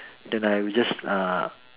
then I will just uh